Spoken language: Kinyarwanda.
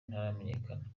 ntaramenyekana